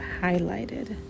highlighted